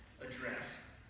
address